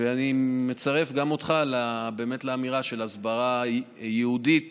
ואני מצרף גם אותך לאמירה על הסברה ייעודית